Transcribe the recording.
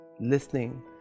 listening